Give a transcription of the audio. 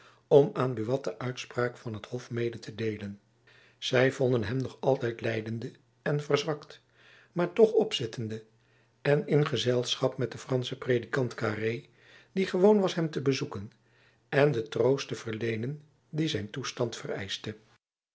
om aan buat de uitspraak van het hof mede te deelen zy vonden hem nog altijd lijdende en verzwakt maar toch opzittende en in gezelschap met den franschen predikant carré die gewoon was hem te bezoeken en den troost te verleenen dien zijn toestand vereischte